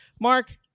mark